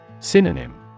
Synonym